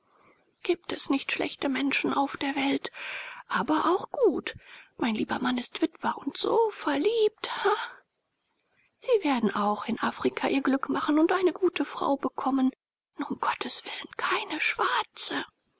gibt es nicht schlechte menschen auf der welt aber auch gut mein lieber mann ist witwer und so verliebt hah sie werden auch in afrika ihr glück machen und eine gute frau bekommen nur um gottes willen keine schwarze